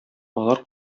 алар